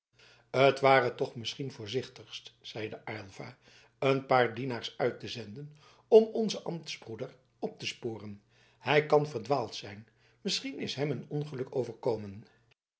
t ware toch misschien voorzichtigst zeide aylva een paar dienaars uit te zenden om onzen ambtsbroeder op te sporen hij kan verdwaald zijn misschien is hem een ongeluk overkomen